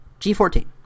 G14